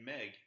Meg